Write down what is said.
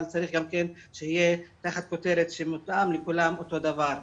צריך גם כן שזה יהיה תחת כותרת שמותאם לכולם אותו דבר.